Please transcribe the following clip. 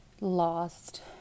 lost